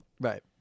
Right